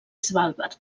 svalbard